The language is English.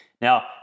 Now